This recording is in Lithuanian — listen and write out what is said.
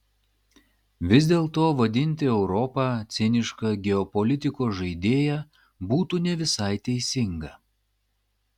vis dėlto vadinti europą ciniška geopolitikos žaidėja būtų ne visai teisinga